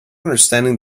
understanding